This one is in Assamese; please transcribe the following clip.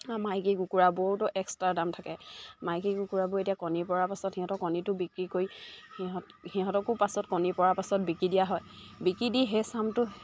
মাইকী কুকুৰাবোৰতো এক্সট্ৰা দাম থাকে মাইকী কুকুৰাবোৰ এতিয়া কণী পৰাৰ পাছত সিহঁতৰ কণীটো বিক্ৰী কৰি সিহঁত সিহঁতকো পাছত কণী পৰাৰ পাছত বিকি দিয়া হয় বিকি দি সেই চামটো